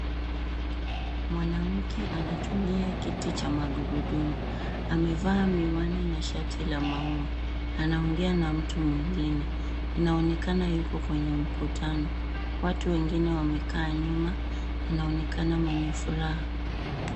Mwanamke anatumia kiti cha magurudumu. Amevaa miwani na shati la maua. Anaongea na mtu mwingine, inaonekana yuko kwenye mkutano. Watu wengine wamekaa nyuma anaonekana mwenye furaha.